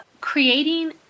creating